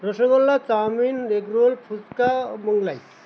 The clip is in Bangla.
rasgulla chowmein egg roll phuchka Mughlai